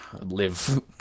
live